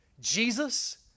Jesus